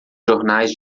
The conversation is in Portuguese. jornais